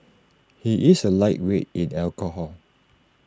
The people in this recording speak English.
he is A lightweight in alcohol